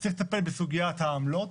צריך לטפל בסוגית העמלות.